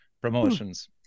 Promotions